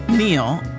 Neil